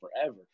forever